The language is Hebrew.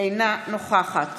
אינה נוכחת